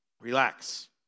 Relax